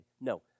no